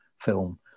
film